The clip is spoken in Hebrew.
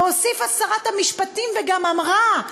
והוסיפה שרת המשפטים וגם אמרה: